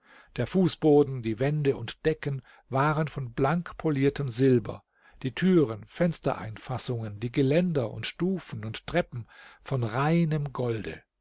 der fußboden die wände und decken waren von blank poliertem silber die türen fenstereinfassungen die geländer und stufen und treppen von reinem golde